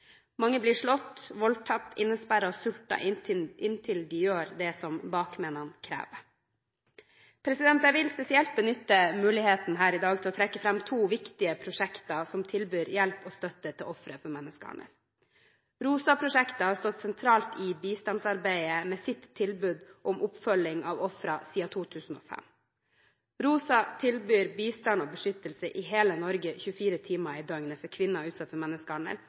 Mange blir slått, voldtatt, innesperret og sultet inntil de gjør det som bakmennene krever. Jeg vil spesielt benytte muligheten her i dag til å trekke fram to viktige prosjekter som tilbyr hjelp og støtte til ofre for menneskehandel. ROSA-prosjektet har stått sentralt i bistandsarbeidet med sitt tilbud om oppfølging av ofre siden 2005. ROSA tilbyr bistand og beskyttelse i hele Norge 24 timer i døgnet for kvinner utsatt for menneskehandel,